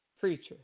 preachers